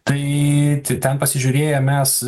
tai tai ten pasižiūrėję mes